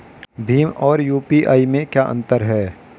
भीम और यू.पी.आई में क्या अंतर है?